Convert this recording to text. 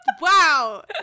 Wow